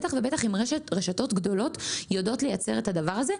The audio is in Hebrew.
בטח ובטח עם רשתות גדולות שיודעות לייצר את הדבר הזה.